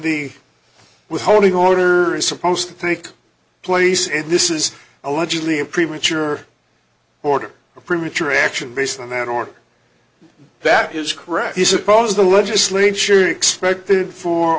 the withholding order is supposed to take place and this is allegedly a premature order a premature action based on an order that is correct he supposes the legislature expected for